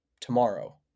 tomorrow